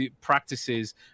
practices